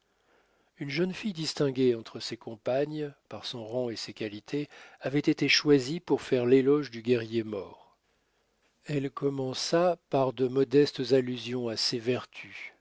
une jeune fille distinguée entre ses compagnes par son rang et ses qualités avait été choisie pour faire l'éloge du guerrier mort elle commença par de modestes allusions à ses vertus